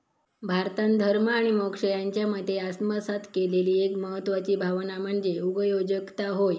भारतान धर्म आणि मोक्ष यांच्यामध्ये आत्मसात केलेली एक महत्वाची भावना म्हणजे उगयोजकता होय